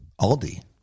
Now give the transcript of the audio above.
Aldi